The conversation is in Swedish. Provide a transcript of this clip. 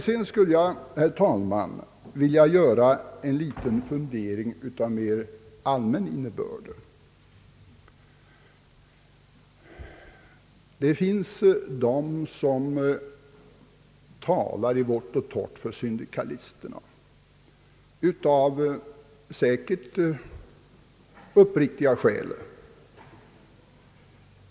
Sedan skulle jag, herr talman, vilja komma med en liten fundering av mera allmän innebörd. Det finns de som i vått och torrt talar för syndikalisterna, och de är säkert uppriktiga i sina åsikter.